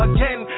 Again